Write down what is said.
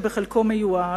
וחלקו מיואש.